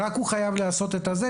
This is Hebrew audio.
רק הוא חייב לעשות את זה,